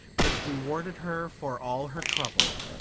which rewarded her for all her trouble.